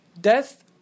Death